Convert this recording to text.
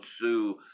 sue